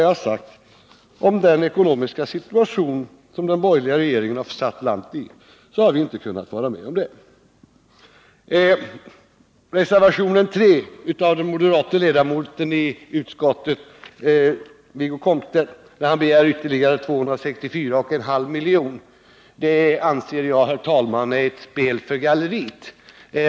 Men med tanke på den ekonomiska situation som den borgerliga regeringen har försatt landet i har vi inte kunnat ansluta oss till reservanternas förslag. I reservationen 3 begär den moderate ledamoten i utskottet Wiggo Komstedt ytterligare 264,5 milj.kr. till vägunderhåll. Det anser jag vara ett spel för galleriet.